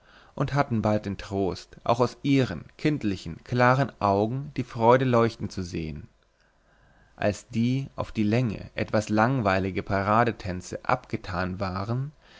und hatten bald den trost auch aus ihren kindlichen klaren augen die freude leuchten zu sehen als die auf die länge etwas langweilige paradetänze abgetan waren